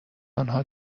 آنها